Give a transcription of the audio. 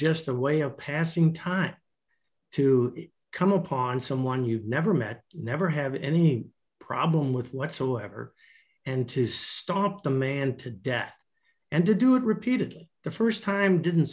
just a way of passing time to come upon someone you've never met never have any problem with whatsoever and to stop them and to death and to do it repeated the st time didn't